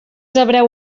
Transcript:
hebreu